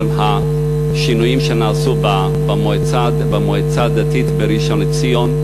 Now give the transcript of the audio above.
על השינויים שנעשו במועצה הדתית בראשון-לציון,